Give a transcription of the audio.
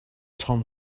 tom